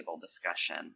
discussion